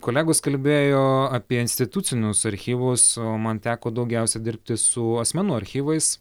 kolegos kalbėjo apie institucinius archyvus o man teko daugiausiai dirbti su asmenų archyvais